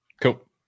Cool